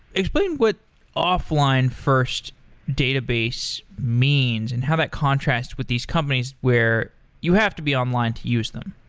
explain what offline first database means and how that contrasts with these companies where you have to be online to use them.